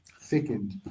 thickened